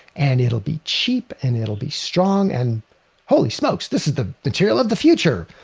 and it'll be cheap. and it'll be strong. and holy smokes, this is the material of the future,